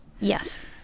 Yes